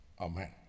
Amen